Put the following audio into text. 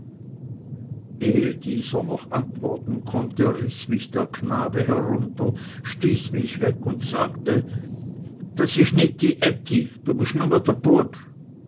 dieser noch antworten konnte riß mich der knabe herunter stieß mich weg und sagte das isch nit dy ätti du bisch nume dr bueb